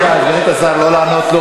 כלום לא עשית.